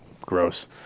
gross